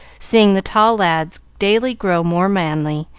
seeing the tall lads daily grow more manly,